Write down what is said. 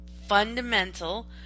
fundamental